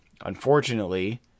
unfortunately